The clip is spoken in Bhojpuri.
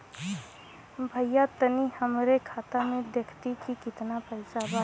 भईया तनि हमरे खाता में देखती की कितना पइसा बा?